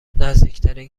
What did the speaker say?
نزدیکترین